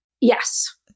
Yes